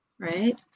right